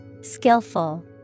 Skillful